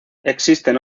existen